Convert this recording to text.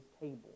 table